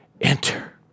Enter